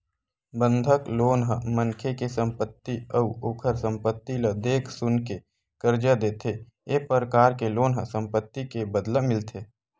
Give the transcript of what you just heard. बंधक लोन ह मनखे के संपत्ति अउ ओखर संपत्ति ल देख सुनके करजा देथे ए परकार के लोन ह संपत्ति के बदला मिलथे